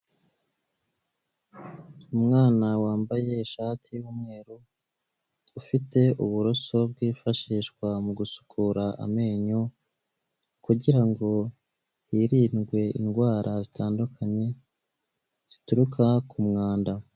Umwana wambaye ishati y'umweru ufite uburoso bwifashishwa mu gusukura amenyo kugirango hirindwe indwara zitandukanye zituruka ku mwanda .